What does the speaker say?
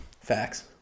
Facts